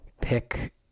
pick